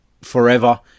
forever